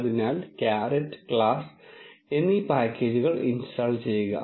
അതിനാൽ caretclass എന്നീ പാക്കേജുകൾ ഇൻസ്റ്റാൾ ചെയ്യുക